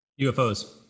UFOs